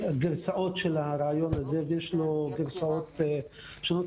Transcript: הגרסאות של הרעיון הזה, ויש לו גרסאות שונות.